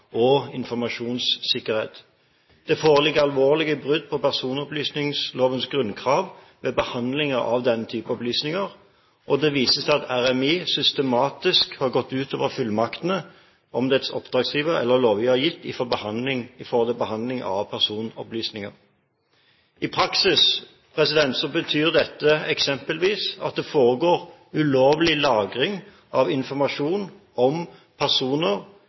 og informasjonssikkerhet. Det foreligger alvorlige brudd på personopplysningslovens grunnkrav ved behandling av den type opplysninger, og det vises til at RMI systematisk har gått utover fullmaktene som dets oppdragsgivere eller lovgiver har gitt for behandling av personopplysninger. I praksis betyr dette eksempelvis at det foregår ulovlig lagring av informasjon om personer